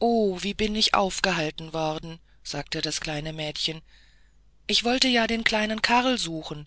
o wie bin ich aufgehalten worden sagte das kleine mädchen ich wollte ja den kleinen karl suchen